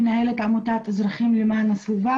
מנהלת עמותת אזרחים למען הסביבה.